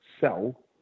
sell